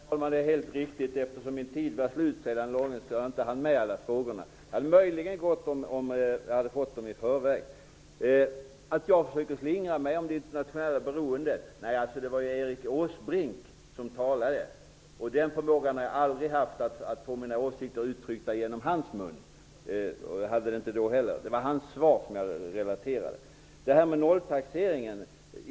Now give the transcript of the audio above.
Herr talman! Det är helt riktigt att jag inte hann med alla frågor, eftersom min taletid tog slut. Det skulle möjligen ha gått om jag hade fått dem i förväg. Nej, jag har inte försökt slingra mig när det gäller det internationella beroendet. Det var Erik Åsbrink som talade. Jag har aldrig haft förmågan att få mina åsikter uttryckta genom hans mun. Det var hans svar som jag relaterade till.